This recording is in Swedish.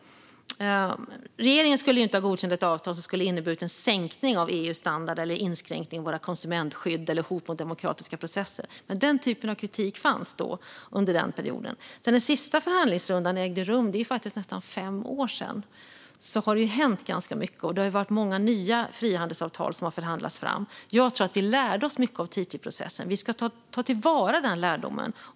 Regeringen skulle inte ha godkänt ett avtal som hade inneburit en sänkning av EU:s standard, en inskränkning i våra konsumentskydd eller ett hot mot demokratiska processer, men den typen av kritik fanns under den perioden. Sedan den sista förhandlingsrundan ägde rum för nästan fem år sedan har det hänt ganska mycket, och det är ganska många nya frihandelsavtal som har förhandlats fram. Jag tror att vi lärde oss mycket av TTIP-processen. Vi ska ta till vara den lärdomen.